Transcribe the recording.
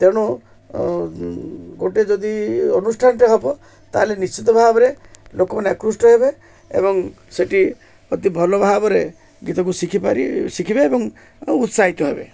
ତେଣୁ ଗୋଟେ ଯଦି ଅନୁଷ୍ଠାନଟେ ହେବ ତାହେଲେ ନିଶ୍ଚିତଭାବରେ ଲୋକମାନେ ଆକୃଷ୍ଟ ହେବେ ଏବଂ ସେଠି ଅତି ଭଲଭାବରେ ଗୀତକୁ ଶିଖି ପାରିବେ ଶିଖିବେ ଏବଂ ଉତ୍ସାହିତ ହେବେ